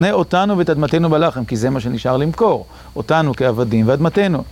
קנה אותנו ואת אדמתנו בלחם כי זה מה שנשאר למכור אותנו כעבדים ואדמתנו